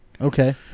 Okay